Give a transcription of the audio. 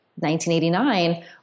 1989